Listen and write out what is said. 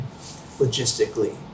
logistically